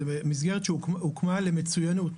זו מסגרת שהוקמה למצוינות,